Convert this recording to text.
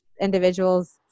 individuals